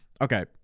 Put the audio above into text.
okay